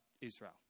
Israel